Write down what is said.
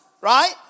right